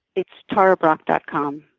it's tarabrach dot com.